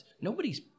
Nobody's